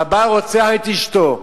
שהבעל רוצח את אשתו,